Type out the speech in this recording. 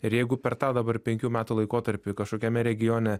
ir jeigu per tą dabar penkių metų laikotarpį kažkokiame regione